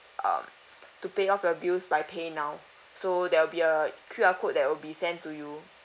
um t~ to pay off your bills by PayNow so there will be a Q_R code that will be send to you